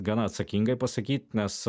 gana atsakingai pasakyt nes